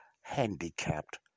handicapped